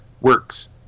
works